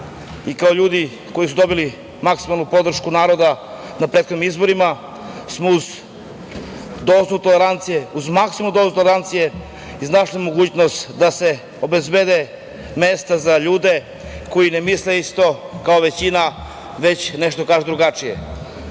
i kao ljudi koji su dobili maksimalnu podršku naroda na prethodnim izborima, smo uz dozu tolerancije, uz maksimalnu dozu tolerancije iznašli mogućnost da se obezbede mesta za ljude koji ne misle isto kao većina, već nešto drugačije. To